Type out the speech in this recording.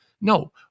No